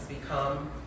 become